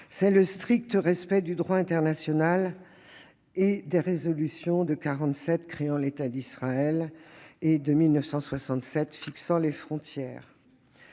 c'est le strict respect du droit international et des résolutions de 1947 créant l'État d'Israël et de 1967 en fixant les frontières.